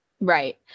Right